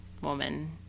woman